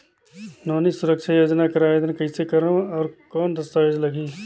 नोनी सुरक्षा योजना कर आवेदन कइसे करो? और कौन दस्तावेज लगही?